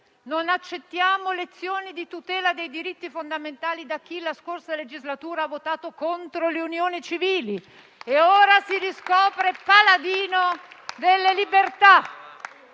non accettiamo lezioni di tutela dei diritti fondamentali da chi nella scorsa legislatura ha votato contro le unioni civili e ora si scopre paladino delle libertà.